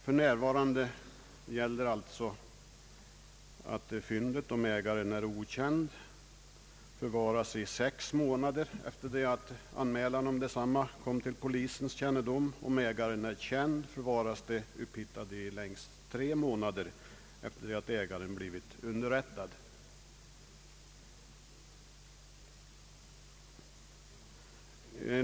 För närvarande gäller att fyndet, om ägaren är okänd, förvaras under sex månader efter det att anmälan om detsamma kom till polisens kännedom. Om ägaren är känd förvaras det upphittade godset under tre månader efter det ait ägaren har blivit underrättad.